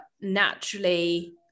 naturally